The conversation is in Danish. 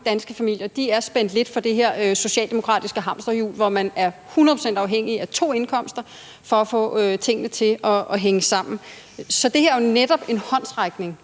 danske familier er spændt lidt for det her socialdemokratiske hamsterhjul, hvor man er hundrede procent afhængig af to indkomster for at få tingene til at hænge sammen. Det her er netop en håndsrækning